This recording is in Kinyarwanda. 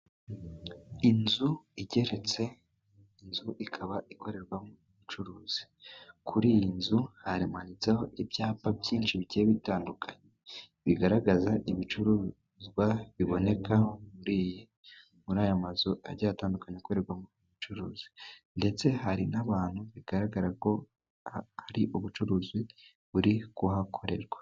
Inzu igeretse, inzu ikaba ikorerwamo ubucuruzi ,kuri iyi nzu hamanitseho ibyapa byinshi bitandukanye, bigaragaza ibicuruzwa biboneka muri muri aya mazu ,ajya atandukanye akorerwamo mu bucuruzi ,ndetse hari n'abantu bigaragara ko ari ubucuruzi buri kuhakorerwa.